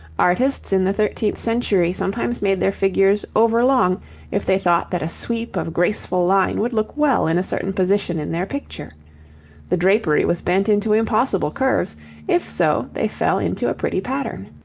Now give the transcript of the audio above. artists in the thirteenth century sometimes made their figures over-long if they thought that a sweep of graceful line would look well in a certain position in their picture the drapery was bent into impossible curves if so they fell into a pretty pattern.